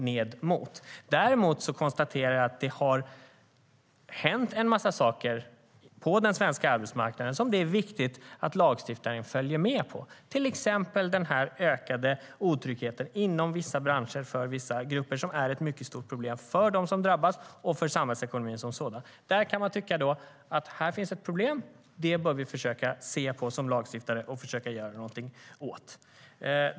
Däremot konstaterar jag att det har hänt en massa saker på den svenska arbetsmarknaden som det är viktigt att lagstiftaren följer och anpassar sig till. Det gäller till exempel den ökade otryggheten inom vissa branscher för vissa grupper som är ett mycket stort problem för dem som drabbas och för samhällsekonomin som sådan. Man kan tycka att det finns ett problem där som vi som lagstiftare bör se över och försöka göra någonting åt.